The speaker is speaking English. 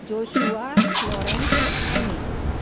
joshua florence amy